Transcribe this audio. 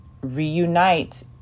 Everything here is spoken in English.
reunite